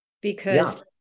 because-